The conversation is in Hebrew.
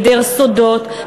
היעדר סודות,